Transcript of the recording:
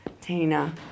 Tina